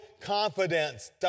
confidence